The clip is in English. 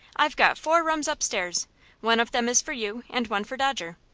i've got four rooms upstairs one of them is for you, and one for dodger.